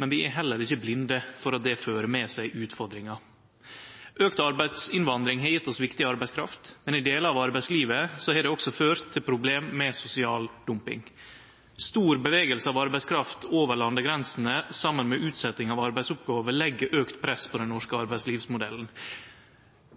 men vi er heller ikkje blinde for at det fører med seg utfordringar. Auka arbeidsinnvandring har gjeve oss viktig arbeidskraft, men i delar av arbeidslivet har det også ført til problem med sosial dumping. Stor bevegelse av arbeidskraft over landegrensene saman med utsetjing av arbeidsoppgåver legg auka press på den norske arbeidslivsmodellen.